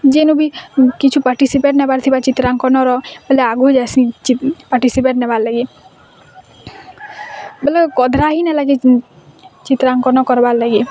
ଯେନୁ ବି କିଛୁ ପାଟିସିପେଟ୍ ନେବାର୍ ଥିବ ଚିତ୍ରାଙ୍କନର ବୋଲେ ଆଗ୍କୁ ଯାଏସିଁ ପାଟିସିପେଟ୍ ନେବାର୍ ଲାଗି ବୋଲେ ହେଲାକି ଚିତ୍ରାଙ୍କନ କର୍ବାର୍ ଲାଗି